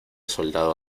soldado